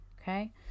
okay